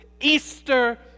Easter